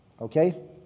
Okay